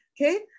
Okay